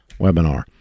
webinar